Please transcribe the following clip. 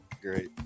great